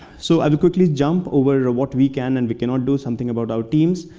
so i will quickly jump over what we can and we cannot do, something about our teams.